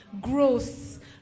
Growth